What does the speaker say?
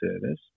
service